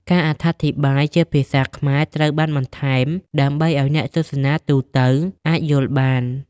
ការអត្ថាធិប្បាយជាភាសាខ្មែរត្រូវបានបន្ថែម ដើម្បីឱ្យអ្នកទស្សនាទូទៅអាចយល់បាន។